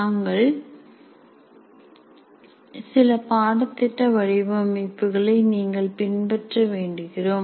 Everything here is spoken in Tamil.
நாங்கள் சில பாடத்திட்ட வடிவமைப்புகளை நீங்கள் பின்பற்ற வேண்டுகிறோம்